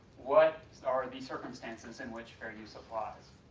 what so are these circumstances in which fair use applies?